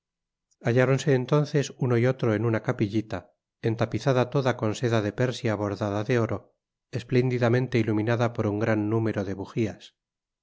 halláronse entonces uno y otro en una capillita entapizada toda con seda de persia bordada de oro espléndidamente iluminada por un gran numero de bujías